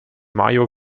mayo